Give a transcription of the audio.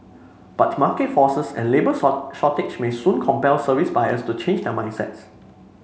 but market forces and labour short shortage may soon compel service buyers to change their mindset